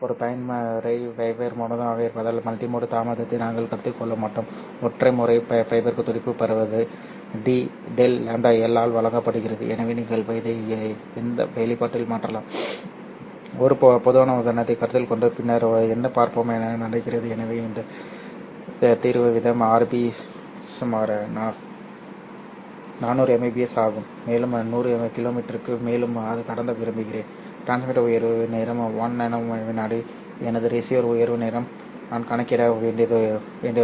ஒற்றை பயன்முறை ஃபைபர் போதுமானதாக இருப்பதால் மல்டிமோட் தாமதத்தை நாங்கள் கருத்தில் கொள்ள மாட்டோம் ஒற்றை முறை ஃபைபருக்கு துடிப்பு பரவுவது DΔλL ஆல் வழங்கப்படுகிறது எனவே நீங்கள் இதை இந்த வெளிப்பாட்டில் மாற்றலாம் ஒரு பொதுவான உதாரணத்தை கருத்தில் கொண்டு பின்னர் என்ன பார்ப்போம் நடக்கிறது எனவே எனது தரவு வீதம் RB சுமார் 400Mbps ஆகும் மேலும் 100 கிலோமீட்டருக்கு மேல் கடத்த விரும்புகிறேன் டிரான்ஸ்மிட்டர் உயர்வு நேரம் 1 நானோ வினாடி எனது ரிசீவர் உயர்வு நேரம் நான் கணக்கிட வேண்டிய ஒன்று